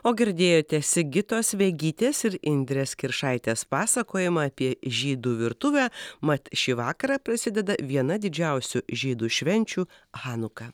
o girdėjote sigitos vegytės ir indrės kiršaitės pasakojamą apie žydų virtuvę mat šį vakarą prasideda viena didžiausių žydų švenčių hanuka